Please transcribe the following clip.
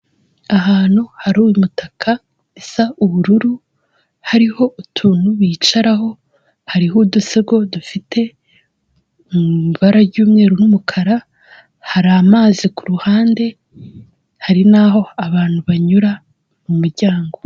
Ahantu hari umutaka usa ubururu, hariho utuntu bicaraho, hariho udusego dufite ibara ry'umweru n'umukara, hari amazi kuruhande, hari naho abantu banyura mu muryango.